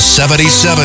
77